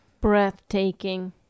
Breathtaking